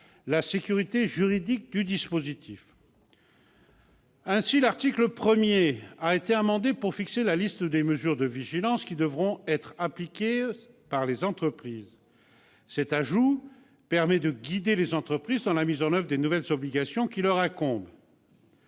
la sécurité juridique du dispositif. Ainsi, l'article 1 a été amendé pour fixer la liste des mesures de vigilance qui devront être appliquées par les entreprises. Cet ajout permet de guider ces dernières dans la mise en oeuvre des nouvelles obligations qui leur incombent.